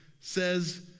says